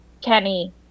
Kenny